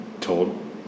told